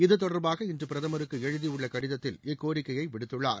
இது தொடர்பாக இன்று பிரதமருக்கு எழுதியுள்ள கடிதத்தில் இக்கோரிக்கையை விடுத்துள்ளார்